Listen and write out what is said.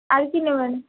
আর কী নেবেন